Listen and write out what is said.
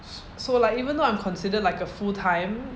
s~ so like even though I'm considered like a full time